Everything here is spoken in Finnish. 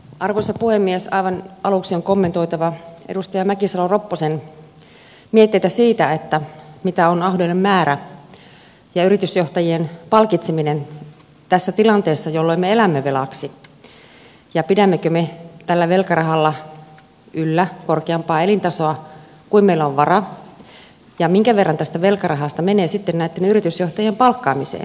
aivan aluksi on kommentoitava edustaja mäkisalo ropposen mietteitä siitä mitä on ahneuden määrä ja yritysjohtajien palkitseminen tässä tilanteessa jolloin me elämme velaksi ja pidämmekö me tällä velkarahalla yllä korkeampaa elintasoa kuin mihin meillä on varaa ja minkä verran tästä velkarahasta menee sitten näitten yritysjohtajien palkkaamiseen